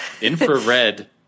Infrared